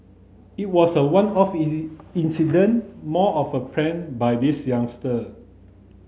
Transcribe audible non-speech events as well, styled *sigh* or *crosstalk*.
it was a one off *unintelligible* incident more of a prank by this youngster